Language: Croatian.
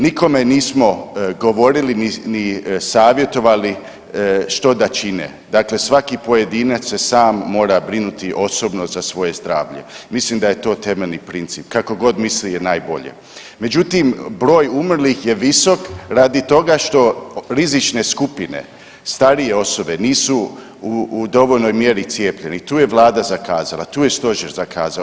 Nikome nismo govorili ni savjetovali što da čine, dakle svaki pojedinac se sam mora brinuti osobno za svoje zdravlje, mislim da je to temeljni princip, kako god misli najbolje, međutim broj umrlih je visok radi toga što rizične skupine, starije osobe nisu u dovoljnoj mjeri cijepljeni, tu je Vlada zakazala, tu je Stožer zakazao.